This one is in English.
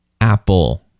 Apple